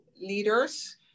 leaders